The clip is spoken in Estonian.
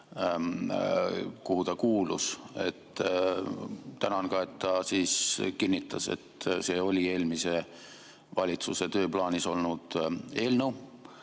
kuhu ta kuulus. Tänan ka, et ta kinnitas, et see oli eelmise valitsuse tööplaanis olnud eelnõu.